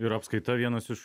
ir apskaita vienas iš